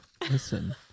Listen